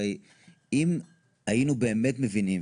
הרי אם היינו באמת מבינים,